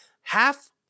half